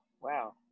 wow